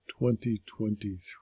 2023